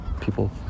people